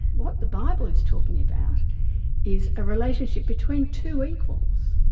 what the bible is talking about is a relationship between two equals,